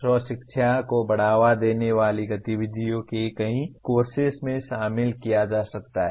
स्व शिक्षा को बढ़ावा देने वाली गतिविधियों को कई मुख्य कोर्सेस में शामिल किया जा सकता है